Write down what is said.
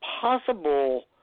possible